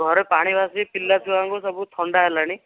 ଘରେ ପାଣି ଭାସି ପିଲା ଛୁଆଙ୍କୁ ସବୁ ଥଣ୍ଡା ହେଲାଣି